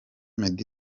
meddy